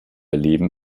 leben